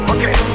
Okay